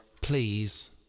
Please